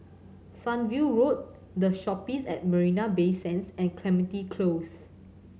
Sunview Road The Shoppes at Marina Bay Sands and Clementi Close